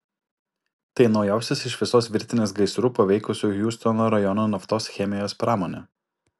tai naujausias iš visos virtinės gaisrų paveikusių hjustono rajono naftos chemijos pramonę